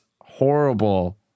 horrible